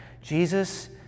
Jesus